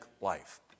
life